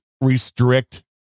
restrict